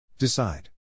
Decide